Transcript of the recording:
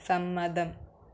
സമ്മതം